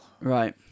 Right